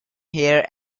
here